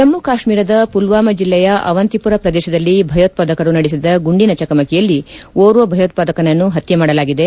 ಜಮ್ಮು ಕಾಶ್ಮೀರದ ಪುಲ್ಲಾಮಾ ಜಿಲ್ಲೆಯ ಆವಂತಿಪುರ ಪ್ರದೇಶದಲ್ಲಿ ಭಯೋತ್ಲಾದಕರು ನಡೆಸಿದ ಗುಂಡಿನ ಚಕಮಕಿಯಲ್ಲಿ ಓರ್ವ ಭಯೋತ್ಪಾದಕನನ್ನು ಹತ್ಯೆ ಮಾಡಲಾಗಿದೆ